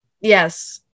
yes